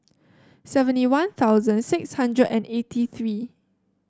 seventy One Thousand six hundred and eighty three